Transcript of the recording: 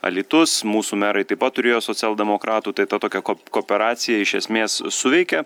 alytus mūsų merai taip pat turėjo socialdemokratų tai ta tokia kooperacija iš esmės suveikė